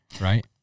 right